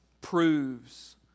proves